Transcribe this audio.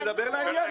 אני מדבר לעניין.